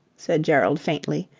said gerald faintly,